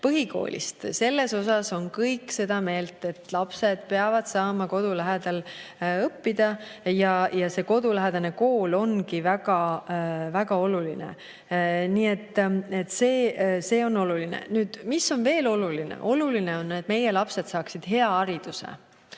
põhikoolist. Selles osas on kõik seda meelt, et lapsed peavad saama kodu lähedal õppida ja kodulähedane kool ongi väga oluline. Nii et see on oluline. Mis on veel oluline? Oluline on see, et meie lapsed saaksid hea hariduse.